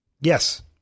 Yes